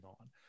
on